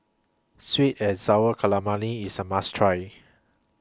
Sweet and Sour Calamari IS A must Try